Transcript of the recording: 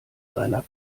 seiner